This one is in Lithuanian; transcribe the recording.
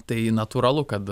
tai natūralu kad